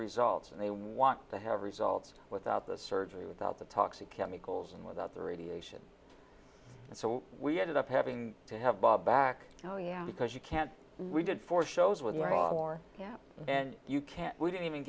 results and they want to have results without the surgery without the toxic chemicals and without the radiation so we ended up having to have bob back oh yeah because you can't we did four shows with more and you can't we don't even